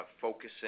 focusing